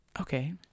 okay